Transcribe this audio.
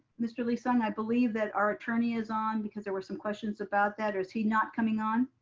mr. lee-sung. i believe that our attorney is on because there were some questions about that or is he not coming on?